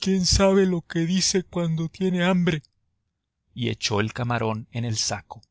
quién sabe lo que dice cuando tiene hambre y echó el camarón en el saco